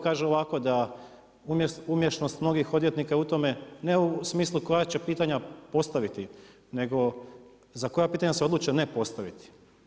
Kažu ovako da umješnost mnogih odvjetnika je u tome ne u smislu koja će pitanja postaviti nego za koja pitanje se odluče ne postaviti.